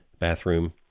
bathroom